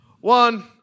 One